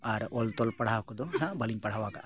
ᱟᱨ ᱚᱞ ᱛᱚᱞ ᱯᱟᱲᱦᱟᱣ ᱠᱚᱫᱚ ᱦᱟᱸᱜ ᱵᱟᱹᱞᱤᱧ ᱯᱟᱲᱦᱟᱣ ᱟᱠᱟᱫᱼᱟ